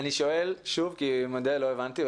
אני שואל שוב כי אני מודה שלא הבנתי,